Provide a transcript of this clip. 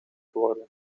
geworden